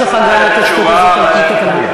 יש לך גם את הזכות הזאת על-פי התקנון.